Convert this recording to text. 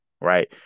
Right